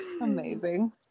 Amazing